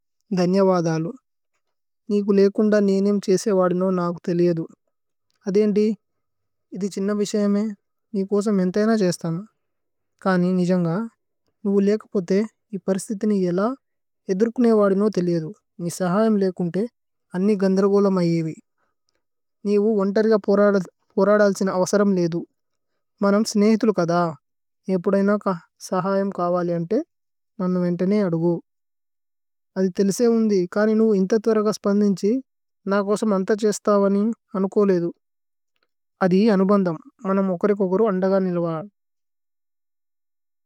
ദന്യവദാ അലോ। നി കു ലേകുന്ദ നേ ഏനേഅമേ ഛേശേ വദി നോ നാകു തേലി ഏദു അദി ഇതി ജിന്ന്ന വിസയമേ നി കോസ മേന്ഥ ഏന। ഛേശ്ഥാന് കനി നിജന്ഗ। നുഗു ലേകുപോ തേ ഇ പരിസ്തിതി നി യേല। ഏദുര്കുനേ വദി നോ തേലി ഏദു നി സഹയമ്। ലേകുന്ധേ അന്നി ഗന്ദ്രഗോല മയേവി നി ഉ। ഉന്തേര്ഗ പോരദാല്ഛിന അസരമ് ലേദു। മനമ്സ് നേഹിത്ലു കദ ഏപുദ ഏന ക। സഹയമ് കവലി ഏന നനു വേന്തി നേനേ അദുഗു।